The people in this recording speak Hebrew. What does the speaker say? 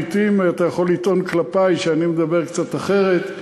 לעתים אתה יכול לטעון כלפי שאני מדבר קצת אחרת.